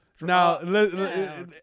now